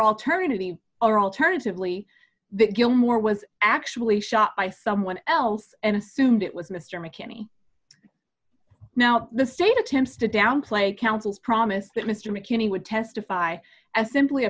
alternatively or alternatively that gilmore was actually shot by someone else and assumed it was mr mckinney now the state attempts to downplay the council's promise that mr mckinney would testify as simply a